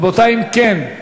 רבותי, אם כן,